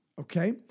okay